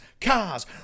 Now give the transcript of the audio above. cars